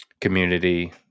community